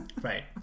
Right